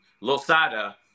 Losada